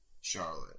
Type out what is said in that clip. Charlotte